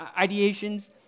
ideations